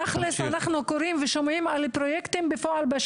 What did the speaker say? אנחנו שומעים על פרויקטים וקוראים עליהם אבל בפועל,